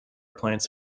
plants